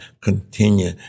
continue